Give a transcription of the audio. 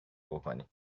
بکنی